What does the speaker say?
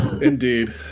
Indeed